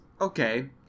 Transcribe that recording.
okay